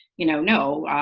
you know know,